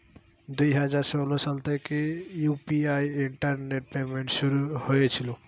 দুই হাজার ষোলো সাল থেকে ইউ.পি.আই ইন্টারনেট পেমেন্ট শুরু হয়েছিল